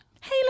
Hey